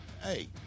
Hey